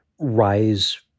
rise